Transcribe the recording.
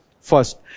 First